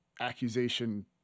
accusation